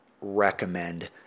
recommend